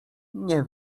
nie